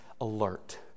alert